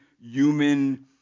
human